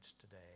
today